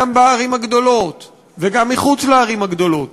גם בערים הגדולות וגם מחוץ לערים הגדולות,